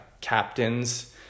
captains